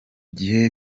gihe